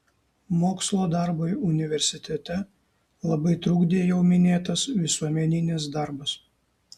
mokslo darbui universitete labai trukdė jau minėtas visuomeninis darbas